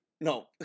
no